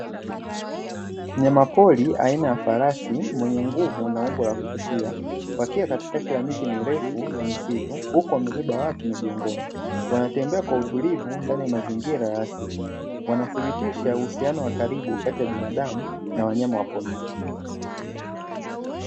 Mnyamapori aina ya farasi mwenye nguvu na umbo la kuvutia, wakiwa katikati ya miti mirefu ya misitu huku wamebeba watu migongoni, wanatembea kwa utulivu ndani ya mazingira ya asili, wanathibitisha uhusiano wa karibu kati ya binadamu na wanyama wa porini.